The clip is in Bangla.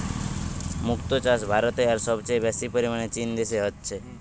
মুক্তো চাষ ভারতে আর সবচেয়ে বেশি পরিমাণে চীন দেশে হচ্ছে